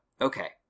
okay